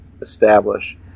establish